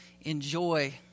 enjoy